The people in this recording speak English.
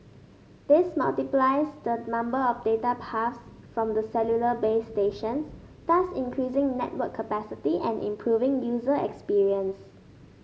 this multiplies the number of data paths from the cellular base stations thus increasing network capacity and improving user experience